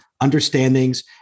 understandings